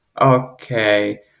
Okay